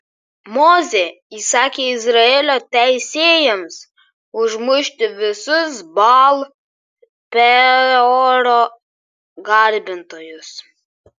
mozė įsakė izraelio teisėjams užmušti visus baal peoro garbintojus